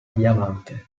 diamante